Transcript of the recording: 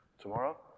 Tomorrow